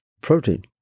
protein